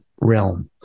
realm